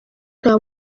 nta